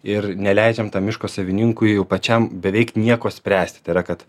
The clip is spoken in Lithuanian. ir neleidžiant tam miško savininkui jau pačiam beveik nieko spręsti tai yra kad